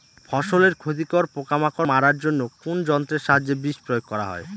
ফসলের ক্ষতিকর পোকামাকড় মারার জন্য কোন যন্ত্রের সাহায্যে বিষ প্রয়োগ করা হয়?